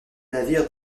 navires